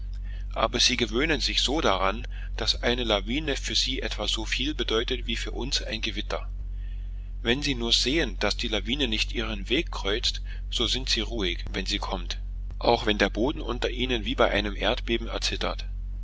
aber sie gewöhnen sich so daran daß eine lawine für sie etwa soviel bedeutet wie für uns ein gewitter wenn sie nur sehen daß die lawine nicht ihren weg kreuzt so sind sie ruhig wenn sie kommt auch wenn der boden unter ihnen wie bei einem erdbeben erzittert